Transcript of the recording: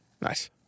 Nice